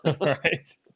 Right